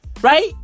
Right